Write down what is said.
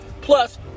Plus